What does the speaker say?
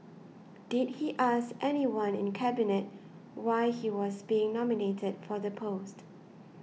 did he ask anyone in Cabinet why he was being nominated for the post